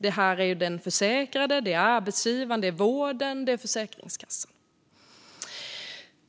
Det är fråga om den försäkrade, arbetsgivaren, vården och Försäkringskassan.